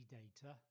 data